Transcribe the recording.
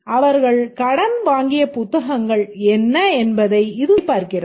அவர்கள் கடன் வாங்கிய புத்தகங்கள் என்ன என்பதை இது சரிபார்க்கிறது